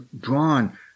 drawn